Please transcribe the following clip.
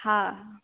હા